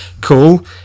cool